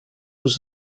was